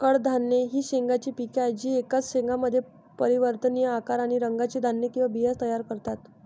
कडधान्ये ही शेंगांची पिके आहेत जी एकाच शेंगामध्ये परिवर्तनीय आकार आणि रंगाचे धान्य किंवा बिया तयार करतात